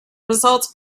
results